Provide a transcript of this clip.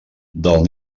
del